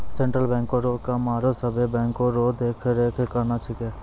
central बैंको रो काम आरो सभे बैंको रो देख रेख करना छिकै